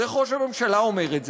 אז איך ראש הממשלה אומר את זה?